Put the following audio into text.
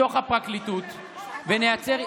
אם נוציא את מח"ש מתוך הפרקליטות ונייצר,